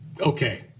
okay